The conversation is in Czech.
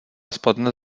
spadne